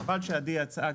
חבל שעדי יצאה,